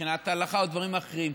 מבחינת הלכה או דברים אחרים.